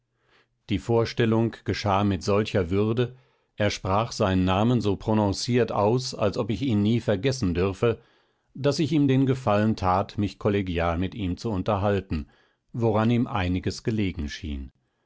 die vorstellung geschah mit solcher würde er sprach seinen namen so prononciert aus als ob ich ihn nie vergessen dürfe daß ich ihm den gefallen tat mich kollegial mit ihm zu unterhalten woran ihm einiges gelegen schien